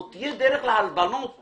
זו תהיה דרך להלבנות הון.